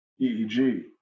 EEG